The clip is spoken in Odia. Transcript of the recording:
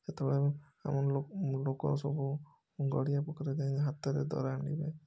ସେତେବେଳେ ଆମେ ଆମ ଲୋକ ଲୋକ ସବୁ ଗଡ଼ିଆ ପୋଖରୀ ଯାଇ ହାତରେ ଦରାଣ୍ଡିବେ